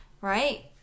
right